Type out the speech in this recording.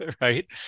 right